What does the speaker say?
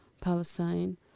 Palestine